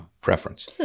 preference